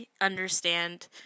understand